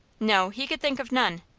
no, he could think of none.